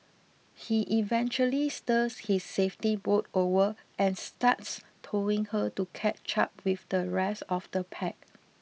he eventually steers his safety boat over and starts towing her to catch up with the rest of the pack